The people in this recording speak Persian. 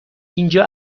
اینجا